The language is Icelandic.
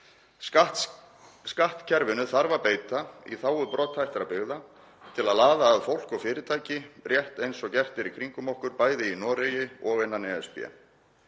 Skattkerfinu þarf að beita í þágu brothættra byggða til að laða að fólk og fyrirtæki rétt eins og gert er í kringum okkur, bæði í Noregi og innan ESB.